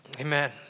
Amen